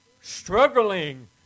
struggling